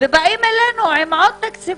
ובאים אלינו עם עוד תקציבים.